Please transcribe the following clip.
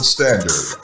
Standard